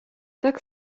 так